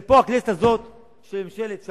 זה פה הכנסת הזאת של ממשלת שרון,